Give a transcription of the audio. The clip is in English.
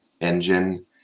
engine